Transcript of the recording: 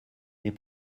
mais